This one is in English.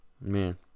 Man